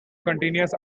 continuous